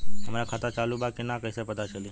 हमार खाता चालू बा कि ना कैसे पता चली?